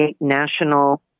national